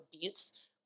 beats